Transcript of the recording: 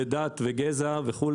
דת וגזע וכו',